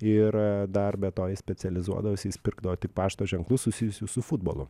ir dar be to jis specializuodavosi jis pirkdavo tik pašto ženklus susijusius su futbolu